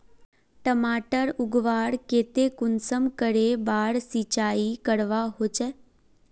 टमाटर उगवार केते कुंसम करे बार सिंचाई करवा होचए?